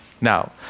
Now